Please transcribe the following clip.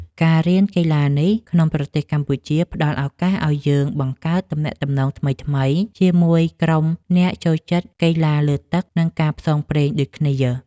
ការរៀនកីឡានេះក្នុងប្រទេសកម្ពុជា ផ្ដល់ឱកាសឱ្យយើងបង្កើតទំនាក់ទំនងថ្មីៗជាមួយក្រុមអ្នកចូលចិត្តកីឡាលើទឹក និងការផ្សងព្រេងដូចគ្នា។